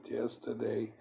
yesterday